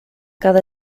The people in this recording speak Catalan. cada